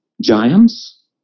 giants